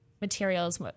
Materials